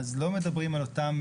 אז לא מדברים על הטופ,